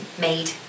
made